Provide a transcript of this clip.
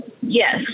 yes